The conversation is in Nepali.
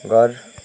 घर